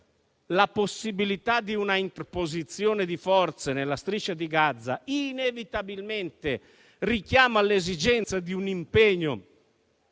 la possibilità di una interposizione di forze nella Striscia di Gaza inevitabilmente richiama l'esigenza di un impegno